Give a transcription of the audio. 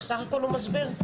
בסך הכל הוא מסביר.